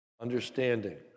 understanding